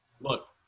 look